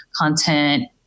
content